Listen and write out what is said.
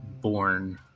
born